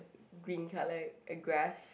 green colour grass